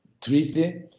treaty